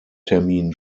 termin